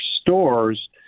stores